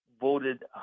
voted